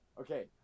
Okay